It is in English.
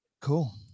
cool